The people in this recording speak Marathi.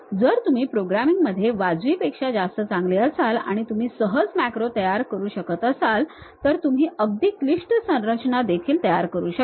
जर तुम्ही प्रोग्रामिंगमध्ये वाजवीपणे जास्त चांगले असाल आणि तुम्ही सहज मॅक्रो तयार करू शकत असाल तर तुम्ही अगदी क्लिष्ट संरचना देखील तयार करू शकता